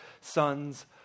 sons